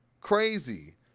Crazy